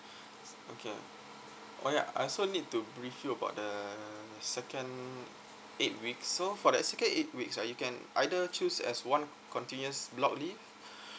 okay oh ya I also need to brief you about the second eight weeks so for the second eight weeks right you can either choose as one continuous block leave